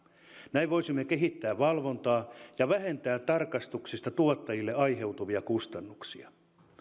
näin voisimme kehittää valvontaa ja vähentää tarkastuksista tuottajille aiheutuvia kustannuksia